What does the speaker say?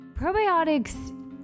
probiotics